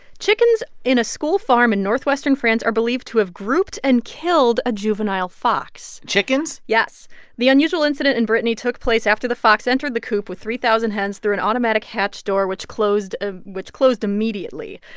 chickens in a school farm in northwestern france are believed to have grouped and killed a juvenile fox chickens? yes. the unusual incident in brittany took place after the fox entered the coop with three thousand hens through an automatic hatch door, which closed ah which closed immediately.